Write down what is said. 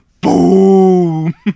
Boom